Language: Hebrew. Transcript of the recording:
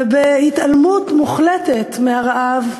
בהתעלמות מוחלטת מהרעב,